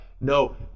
no